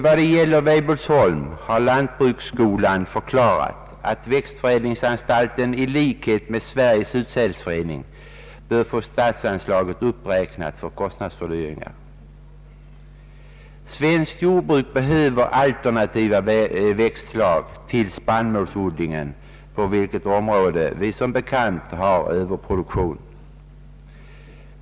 I fråga om Weibullsholm har lantbruksskolan förklarat att växtförädlingsanstalten i likhet med Sveriges utsädesförening bör få statsanslaget uppräknat för kostnadshöjningar. Svenskt jordbruk behöver alternativa växtslag till spannmålsodlingen, på vilket område vi som bekant har överproduktion.